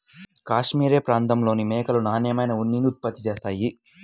cashmere ప్రాంతంలోని మేకలు నాణ్యమైన ఉన్నిని ఉత్పత్తి చేస్తాయి